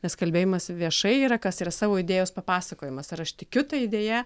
nes kalbėjimas viešai yra kas yra savo idėjos papasakojimas ar aš tikiu ta idėja